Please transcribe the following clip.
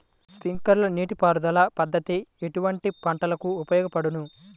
Sprinkler నీటిపారుదల పద్దతి ఎటువంటి పంటలకు ఉపయోగపడును?